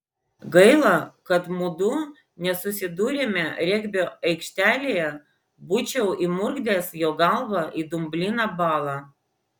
gaila kad mudu nesusidūrėme regbio aikštelėje būčiau įmurkdęs jo galvą į dumbliną balą